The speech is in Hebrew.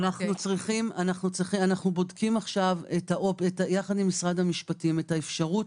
אנחנו בודקים יחד עם משרד המשפטים את האפשרות